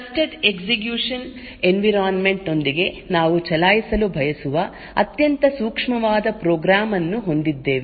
trusted execution environment ನೊಂದಿಗೆ ನಾವು ಚಲಾಯಿಸಲು ಬಯಸುವ ಅತ್ಯಂತ ಸೂಕ್ಷ್ಮವಾದ ಪ್ರೋಗ್ರಾಂ ಅನ್ನು ಹೊಂದಿದ್ದೇವೆ